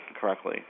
correctly